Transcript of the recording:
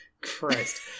Christ